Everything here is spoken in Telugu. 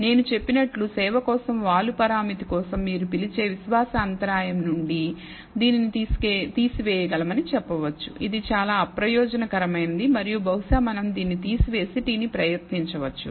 నేను చెప్పినట్లు సేవ కోసం వాలు పరామితి కోసం మీరు పిలిచే విశ్వాస అంతరాయం నుండి దీనిని తీసివేయగలమని చెప్పవచ్చు ఇది చాలా అప్రయోజకమైనది మరియు బహుశా మనం దీన్ని తీసివేసి t ని ప్రయత్నించవచ్చు